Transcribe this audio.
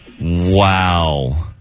wow